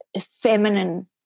feminine